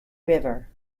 river